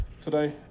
today